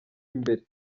imbere